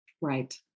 Right